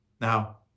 Now